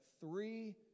three